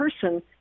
person